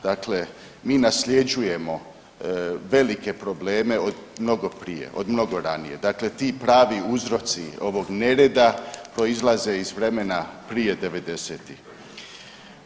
Dakle, mi nasljeđujemo velike probleme od prije, od mnogo ranije, dakle ti pravi uzroci ovog nereda proizlaze iz vremena prije 90-ih.